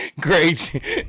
Great